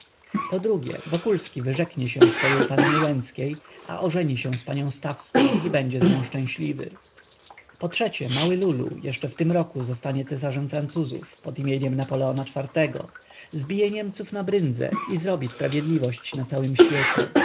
po drugie wokulski wyrzeknie się swojej panny łęckiej a ożeni się z panią stawską i będzie z nią szczęśliwy po trzecie mały lulu jeszcze w tym roku zostanie cesarzem francuzów pod imieniem napoleona iv-go zbije niemców na bryndzę i zrobi sprawiedliwość na całym świecie